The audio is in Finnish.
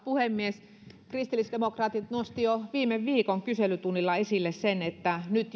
puhemies kristillisdemokraatit nostivat jo viime viikon kyselytunnilla esille sen että nyt